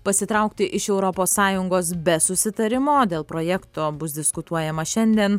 pasitraukti iš europos sąjungos be susitarimo dėl projekto bus diskutuojama šiandien